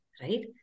right